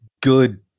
good